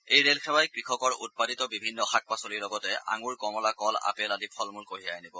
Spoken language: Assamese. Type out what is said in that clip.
এই ৰেল সেৱাই কৃষকৰ উৎপাদিত বিভিন্ন শাক পাচলিৰ লগতে আঙৰ কমলা কল আপেল আদি ফল মূল কঢ়িয়াই আনিব